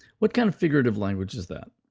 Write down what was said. what kind of figurative language is that?